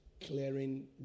clearing